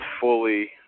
fully